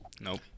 Nope